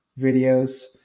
videos